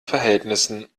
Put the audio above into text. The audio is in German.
verhältnissen